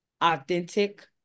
authentic